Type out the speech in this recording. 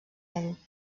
ell